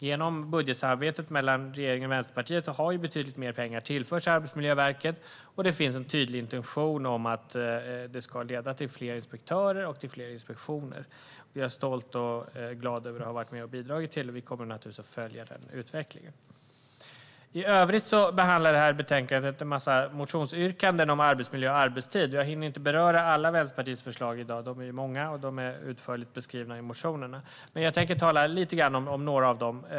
Genom budgetsamarbetet mellan regeringen och Vänsterpartiet har betydligt mer pengar tillförts Arbetsmiljöverket, och det finns en tydlig intention om att det ska leda till fler inspektörer och fler inspektioner. Jag är stolt och glad över att ha varit med och bidragit till det. Vi kommer naturligtvis att följa den utvecklingen. I övrigt behandlar det här betänkandet en massa motionsyrkanden om arbetsmiljö och arbetstid. Jag hinner inte beröra alla Vänsterpartiets förslag. De är många, och de är utförligt beskrivna i motionerna. Men jag tänker tala lite grann om några av dem.